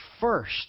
first